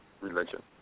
religion